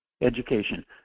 education